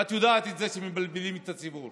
ואת יודעת את זה שמבלבלים את הציבור.